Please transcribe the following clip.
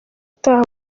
utaha